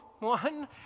one